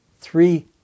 three